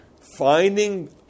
finding